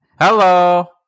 Hello